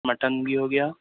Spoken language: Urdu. مٹن بھی ہو گیا